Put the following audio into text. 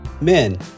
Men